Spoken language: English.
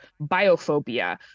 biophobia